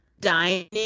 dining